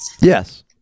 Yes